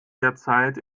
derzeit